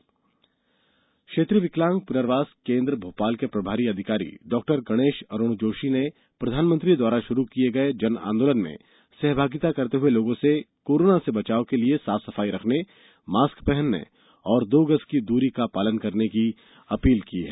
जन आंदोलन क्षेत्रीय विकलांग पुनर्वास केन्द्र भोपाल के प्रभारी अधिकारी डॉक्टर गणेश अरुण जोशी ने प्रधानमंत्री द्वारा शुरू किये गए जन आंदोलन में सहभागिता करते हुए लोगों से कोरोना से बचाव के लिए साफ सफाई रखने मास्क पहनने और दो गज की दूरी का पालन करने की अपील की है